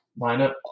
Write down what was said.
lineup